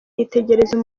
yitegereza